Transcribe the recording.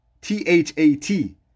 t-h-a-t